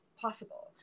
possible